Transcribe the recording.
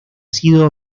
sido